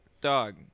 Dog